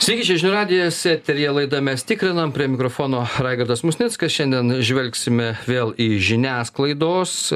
sveiki čia žinių radijas eteryje laida mes tikrinam prie mikrofono raigardas musnickas šiandien žvelgsime vėl į žiniasklaidos